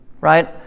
right